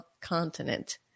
continent